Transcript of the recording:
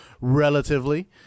relatively